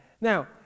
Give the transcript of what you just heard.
Now